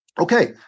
Okay